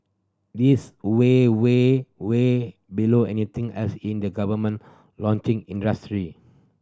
this way way way below anything else in the government launching industry